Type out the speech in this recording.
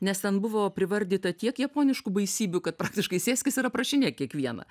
nes ten buvo privaryta tiek japoniškų baisybių kad praktiškai sėskis ir aprašinėk kiekvieną